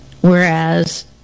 Whereas